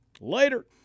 Later